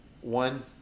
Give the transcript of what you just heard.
one